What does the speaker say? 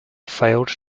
failed